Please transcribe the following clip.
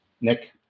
Nick